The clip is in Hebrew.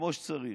כמו שצריך.